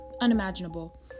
unimaginable